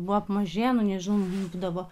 buvo apmažėję nu nežinau būdavo